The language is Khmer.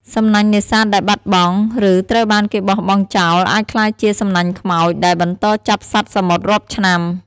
សំណាញ់នេសាទដែលបាត់បង់ ឬត្រូវបានគេបោះបង់ចោលអាចក្លាយជា សំណាញ់ខ្មោច ដែលបន្តចាប់សត្វសមុទ្ររាប់ឆ្នាំ។